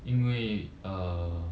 因为 err